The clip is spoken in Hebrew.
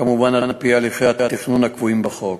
כמובן, על-פי הליכי התכנון הקבועים בחוק.